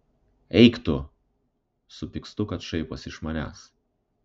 eik tu supykstu kad šaiposi iš manęs